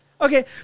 Okay